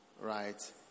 Right